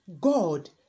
god